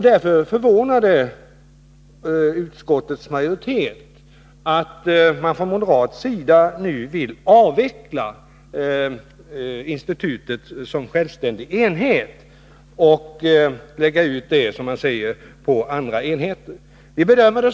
Därför förvånar det utskottets majoritet att man från moderat sida nu vill avveckla institutet såsom självständig enhet och lägga ut verksamheten på andra enheter.